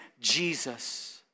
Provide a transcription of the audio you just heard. Jesus